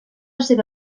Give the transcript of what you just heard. seva